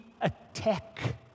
attack